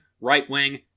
right-wing